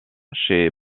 chez